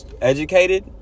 educated